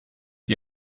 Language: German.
die